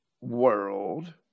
world